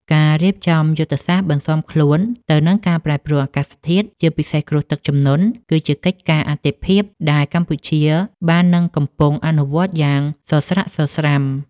ការរៀបចំយុទ្ធសាស្ត្របន្ស៊ាំខ្លួនទៅនឹងការប្រែប្រួលអាកាសធាតុ ជាពិសេសគ្រោះទឹកជំនន់ គឺជាកិច្ចការអាទិភាពដែលកម្ពុជាបាននឹងកំពុងអនុវត្តយ៉ាងសស្រាក់សស្រាំ។